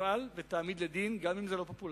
שתפעל ותעמיד לדין, גם אם זה לא פופולרי.